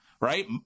right